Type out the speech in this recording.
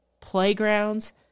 playgrounds